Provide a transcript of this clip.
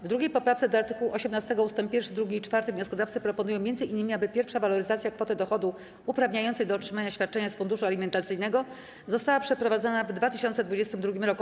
W 2. poprawce do art. 18 ust. 1, 2 i 4 wnioskodawcy proponują m.in., aby pierwsza waloryzacja kwoty dochodu uprawniającej do otrzymania świadczenia z funduszu alimentacyjnego została przeprowadzona w 2022 r.